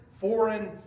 foreign